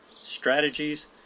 strategies